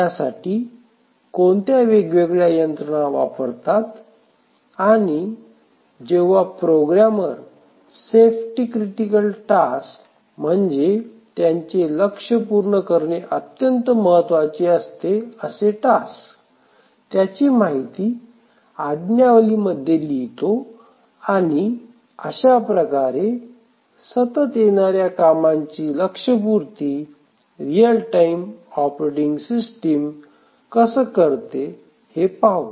त्यासाठी कोणत्या वेगवेगळ्या यंत्रणा वापरतात आणि जेव्हा प्रोग्रॅमर सेफ्टी क्रिटिकल टास्क म्हणजे त्यांचे लक्ष्यपूर्ण करणे अत्यंत महत्त्वाचे असते असे टास्क त्याची माहिती आज्ञावली मध्ये लिहितो आणि अशाप्रकारे सतत येणाऱ्या कामांची लक्षपूर्ती रियल टाइम ऑपरेटिंग सिस्टिम कसं करते हे पाहू